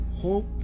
Hope